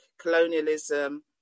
colonialism